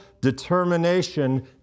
determination